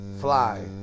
Fly